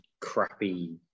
crappy